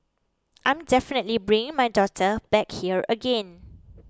I'm definitely bringing my daughter back here again